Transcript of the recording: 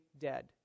dead